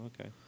okay